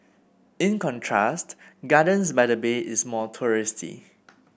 in contrast Gardens by the Bay is more touristy